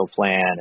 plan